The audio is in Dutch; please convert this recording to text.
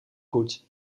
goed